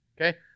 Okay